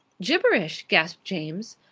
gibberish! gasped james.